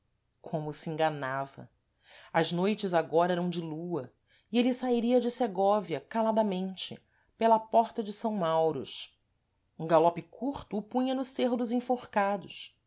como se enganava as noites agora eram de lua e êle saíria de segóvia caladamente pela porta de s mauros um galope curto o punha no cêrro dos enforcados